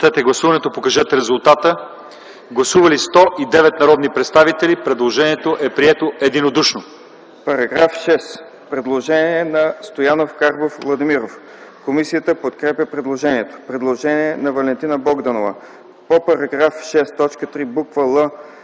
По § 6 – предложение на Стоянов, Карбов, Владимиров. Комисията подкрепя предложението. Предложение на Валентина Богданова: По § 6, т. 3, буква